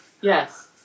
Yes